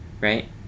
right